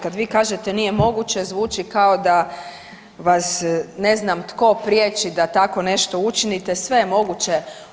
Kad vi kažete „nije moguće", zvuči kao da vas ne znam tko priječi da tako nešto učinite, sve je moguće.